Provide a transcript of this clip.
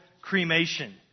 cremation